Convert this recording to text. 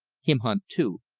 him hunt too.